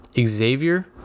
Xavier